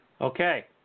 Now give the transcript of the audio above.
okay